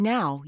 Now